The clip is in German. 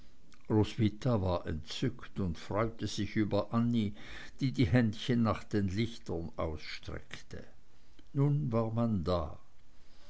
roswitha war entzückt und freute sich über annie die die händchen nach den lichtern ausstreckte nun war man da